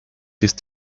these